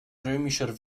römischer